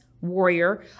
Warrior